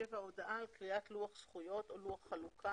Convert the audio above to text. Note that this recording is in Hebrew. הודעה על קריאת לוח זכויות או לוח חלוקה,